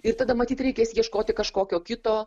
ir tada matyt reikės ieškoti kažkokio kito